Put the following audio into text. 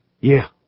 Yeah